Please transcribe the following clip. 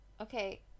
Okay